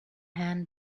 hand